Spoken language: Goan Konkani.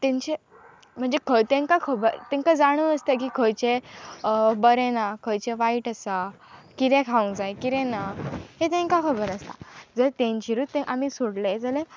तेंचे म्हणजे खंय तेंकां खबर तांकां जाणूं आसता की खंयचे बरें ना खंयचे वायट आसा कितें खावंक जाय कितें ना हें तांकां खबर आसता जर तेंचेरूच तें आमी सोडलें जाल्यार